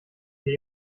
dir